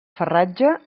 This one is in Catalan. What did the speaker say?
farratge